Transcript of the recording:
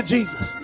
Jesus